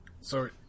Sorry